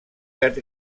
verd